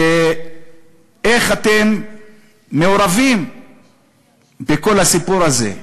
איך אתם מעורבים בכל הסיפור הזה?